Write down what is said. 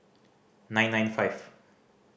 nine nine five